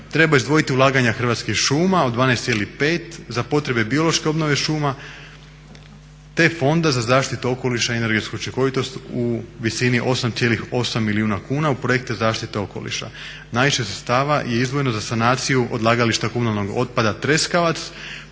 treba izdvojiti ulaganja Hrvatskih šuma od 12,5 za potrebe biološke obnove šuma te Fonda za zaštitu okoliša i energetsku učinkovitost u visini 8,8 milijuna kuna u projekte zaštite okoliša. Najviše sredstava je izdvojeno za sanaciju odlagališta komunalnog otpada "Treskavac",